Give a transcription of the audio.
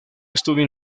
estudio